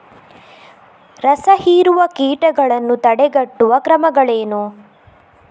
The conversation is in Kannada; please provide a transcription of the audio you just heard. ರಸಹೀರುವ ಕೀಟಗಳನ್ನು ತಡೆಗಟ್ಟುವ ಕ್ರಮಗಳೇನು?